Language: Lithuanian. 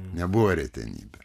nebuvo retenybė